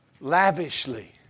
lavishly